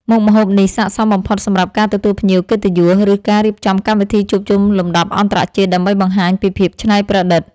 មុខម្ហូបនេះស័ក្តិសមបំផុតសម្រាប់ការទទួលភ្ញៀវកិត្តិយសឬការរៀបចំកម្មវិធីជួបជុំលំដាប់អន្តរជាតិដើម្បីបង្ហាញពីភាពច្នៃប្រឌិត។